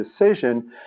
decision